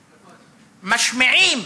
משמיעים,